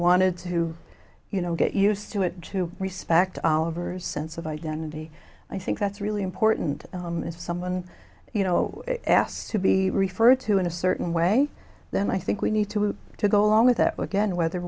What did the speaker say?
wanted to you know get used to it to respect all over sense of identity i think that's really important as someone you know asked to be referred to in a certain way then i think we need to have to go along with it again whether